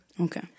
Okay